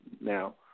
Now